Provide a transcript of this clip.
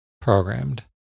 programmed